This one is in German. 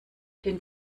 den